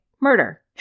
murder